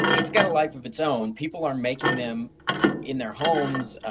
it's got a life of its own. people are making them in their homes.